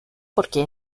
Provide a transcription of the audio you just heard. porque